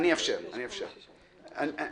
אאפשר לך בעוד רגע.